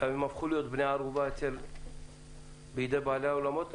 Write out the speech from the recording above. אבל הם הפכו להיות בני ערובה בידי בעלי האולמות.